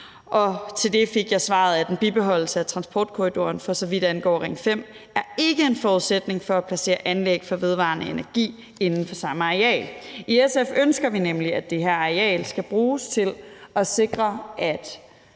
og til det fik jeg svaret, at en bibeholdelse af transportkorridoren, for så vidt angår Ring 5, ikke er en forudsætning for at placere anlæg for vedvarende energi inden for samme areal. I SF ønsker vi nemlig, at det her areal skal bruges til at sikre, at